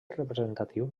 representatiu